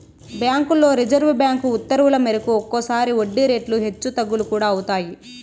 బ్యాంకుల్లో reserve bank ఉత్తర్వుల మేరకు ఒక్కోసారి వడ్డీ రేట్లు హెచ్చు తగ్గులు కూడా అవుతాయి